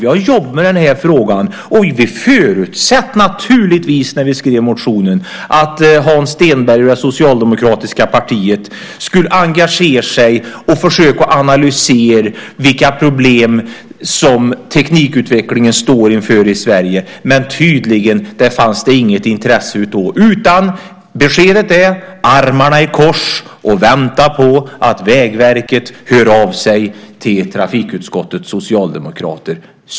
Vi har jobbat med den här frågan, och när vi skrev motionen förutsatte vi naturligtvis att Hans Stenberg och det socialdemokratiska partiet skulle engagera sig och försöka analysera vilka problem teknikutvecklingen i Sverige står inför. Men tydligen fanns det inget intresse av det. I stället är beskedet: Sitt med armarna i kors och vänta på att Vägverket hör av sig till trafikutskottets socialdemokrater.